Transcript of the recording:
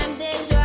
this